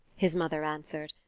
his mother answered,